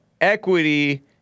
equity